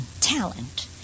talent